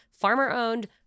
farmer-owned